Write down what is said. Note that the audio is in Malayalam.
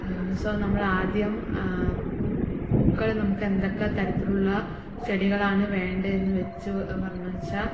സോ നമ്മളാദ്യം പൂക്കൾ നമുക്ക് എന്തൊക്കെ തരത്തിലുള്ള ചെടികളാണ് വേണ്ടെതെന്ന് വെച്ചു പറഞ്ഞു വെച്ചാൽ